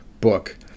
book